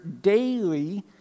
daily